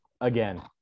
again